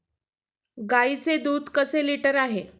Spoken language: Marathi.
गाईचे दूध कसे लिटर आहे?